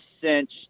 cinch